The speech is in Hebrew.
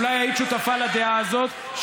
אולי היית שותפה לדעה הזאת,